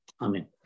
Amen